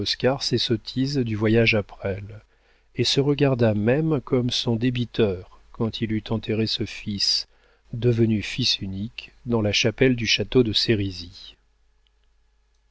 ses sottises du voyage à presles et se regarda même comme son débiteur quand il eut enterré ce fils devenu fils unique dans la chapelle du château de